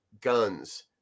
Guns